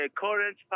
current